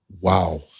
Wow